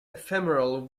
ephemeral